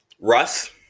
Russ